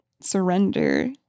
surrender